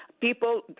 people